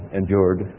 endured